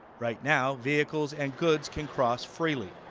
right now, vehicles and goods can cross freely.